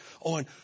on